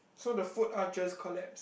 so the foot arches collapse